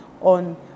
on